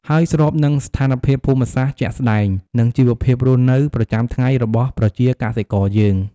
ហើយស្រប នឹងស្ថានភាពភូមិសាស្ត្រជាក់ស្តែង និងជីវភាពរស់នៅប្រចាំថ្ងៃរបស់ប្រជាកសិករយើង។